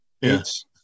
Yes